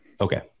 Okay